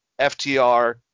FTR